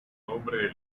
nombre